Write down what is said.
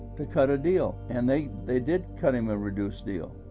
to cut a deal and they they did cut him a reduced deal,